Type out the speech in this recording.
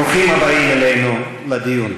ברוכים הבאים אלינו, לדיון.